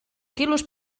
quilos